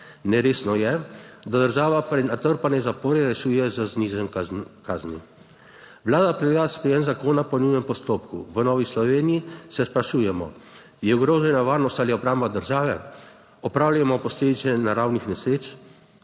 Neresno je, da država prenatrpane zapore rešuje z znižanjem kazni. Vlada predlaga sprejem zakona po nujnem postopku. V Novi Sloveniji se sprašujemo, je ogrožena varnost ali obramba države? Odpravljamo posledice naravnih nesreč.